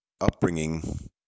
upbringing